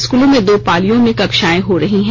स्कूलों में दो पालियों में कक्षाएं हो रही हैं